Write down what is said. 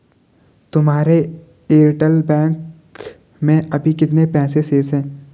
तुम्हारे एयरटेल बैंक में अभी कितने पैसे शेष हैं?